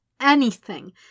anything